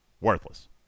Worthless